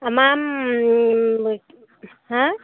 আমাৰ হাঁ